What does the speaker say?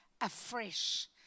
afresh